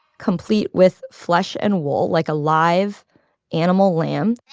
complete with flesh and wool like a live animal lamb